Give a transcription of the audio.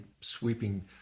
sweeping